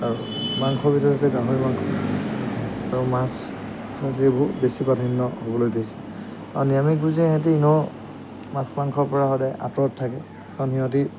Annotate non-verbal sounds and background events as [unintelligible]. আৰু মাংসৰ ভিতৰতে গাহৰি মাংস আৰু মাছ চাচ এইবোৰ বেছি প্ৰাধান্য হ'বলৈ দিছে আৰু নিৰামিষভোজী ইহঁতে [unintelligible] মাছ মাংসৰ পৰা সদায় আঁতৰত থাকে কাৰণ সিহঁতি